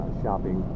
shopping